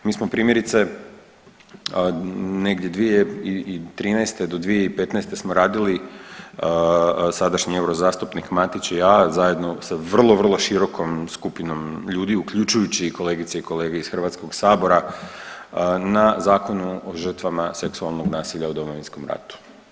Mi smo primjerice negdje 2013. do 2015. smo radili, sadašnji eurozastupnik Matić i ja zajedno sa vrlo, vrlo širokom skupinom ljudi, uključujući i kolegice i kolege iz Hrvatskog sabora na Zakona o žrtvama seksualnog nasilja u Domovinskom ratu.